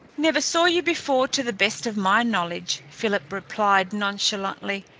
never saw you before, to the best of my knowledge, philip replied nonchalantly.